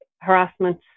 harassment